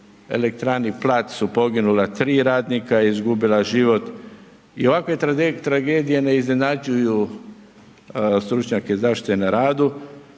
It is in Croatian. elektrani Plac su poginula 3 radnika, izgubila život. I ovakve tragedije ne iznenađuju stručnjake zaštite na radu,